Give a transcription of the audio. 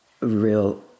real